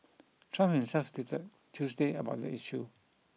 Trump himself tweeted Tuesday about the issue